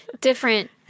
Different